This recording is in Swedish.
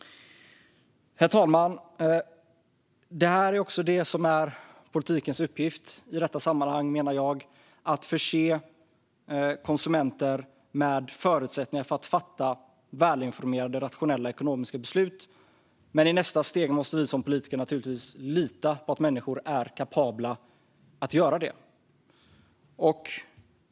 Herr talman! Det här är det jag menar är politikens uppgift i detta sammanhang - att förse konsumenten med förutsättningar att fatta välinformerade och rationella ekonomiska beslut. Men i nästa steg måste vi som politiker lita på att människor är kapabla att göra det.